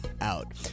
out